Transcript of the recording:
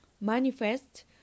manifest